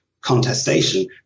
contestation